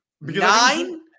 Nine